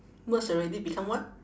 merge already become what